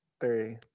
three